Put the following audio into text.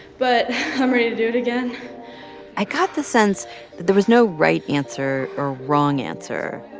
but i'm ready to do it again i got the sense there was no right answer or wrong answer.